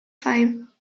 five